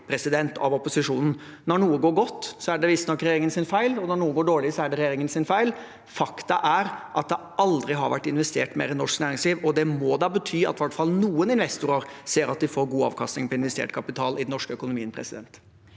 smålig av opposisjonen at når noe går godt, er det visstnok regjeringens feil, og når noe går dårlig, er det regjeringens feil. Faktum er at det aldri har vært investert mer i norsk næringsliv, og det må da bety at i hvert fall noen investorer ser at de får god avkastning på investert kapital i den norske økonomien. Linda